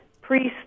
priests